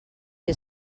que